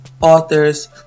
authors